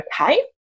okay